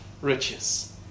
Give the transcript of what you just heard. riches